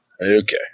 Okay